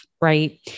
right